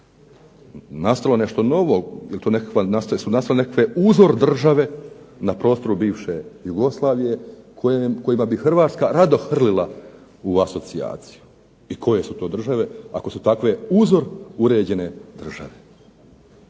nastalo nešto novo? Jel' su nastale nekakve uzor države na prostoru bivše Jugoslavije kojima bi Hrvatska rado hrlila u asocijaciju. I koje su to države ako su takve uzor uređene države?